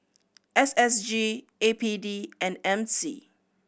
S S G A P D and M C